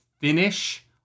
finish